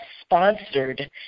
sponsored